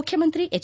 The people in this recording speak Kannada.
ಮುಖ್ಯಮಂತ್ರಿ ಎಚ್